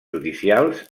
judicials